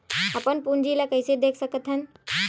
अपन पूंजी ला कइसे देख सकत हन?